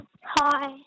Hi